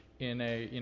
in a, you know,